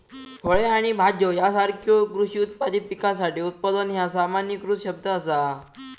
फळे आणि भाज्यो यासारख्यो कृषी उत्पादित पिकासाठी उत्पादन ह्या सामान्यीकृत शब्द असा